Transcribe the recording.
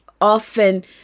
often